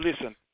listen